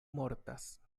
mortas